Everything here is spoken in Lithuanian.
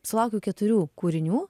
sulaukiau keturių kūrinių